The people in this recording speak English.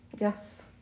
Yes